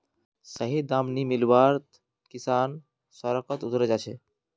सही दाम नी मीवात किसान सड़क रोकोत उतरे जा छे